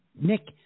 Nick